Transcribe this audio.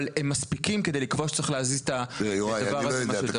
אבל הם מספיקים כדי לקבוע שצריך להזיז את הדבר הזה מה שיותר מהר.